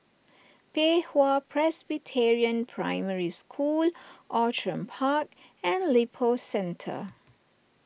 Pei Hwa Presbyterian Primary School Outram Park and Lippo Centre